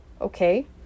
okay